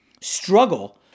struggle